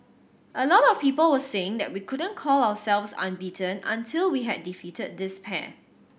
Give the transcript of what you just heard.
a lot of people were saying that we couldn't call ourselves unbeaten until we had defeated this pair